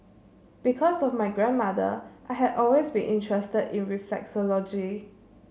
because of my grandmother I had always been interested in reflexology